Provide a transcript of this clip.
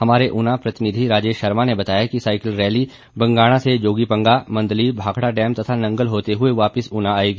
हमारे ऊना प्रतिनिधि राजेश शर्मा ने बताया कि साईकल रैली बंगाणा से जोगी पंगा मंदली भाखड़ा डैम्म तथा नंगल होते हुए वापिस ऊना आएगी